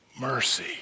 mercy